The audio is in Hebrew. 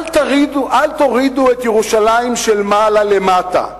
אל תורידו את ירושלים של מעלה, למטה.